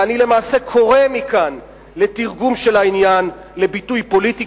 אני למעשה קורא מכאן לתרגום של העניין לביטוי פוליטי,